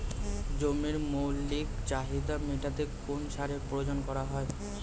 জমির মৌলিক চাহিদা মেটাতে কোন সার প্রয়োগ করা হয়?